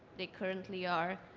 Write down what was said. they currently are?